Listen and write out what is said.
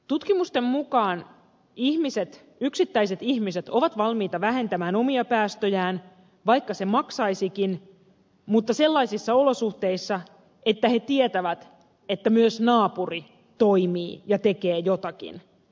tutkimusten mukaan yksittäiset ihmiset ovat valmiita vähentämään omia päästöjään vaikka se maksaisikin mutta sellaisissa olosuhteissa että he tietävät että myös naapuri toimii ja tekee jotakin